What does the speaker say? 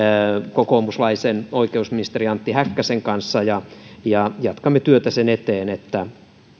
kokoomuslaisen oikeusministeri antti häkkäsen kanssa ja ja jatkamme työtä sen eteen että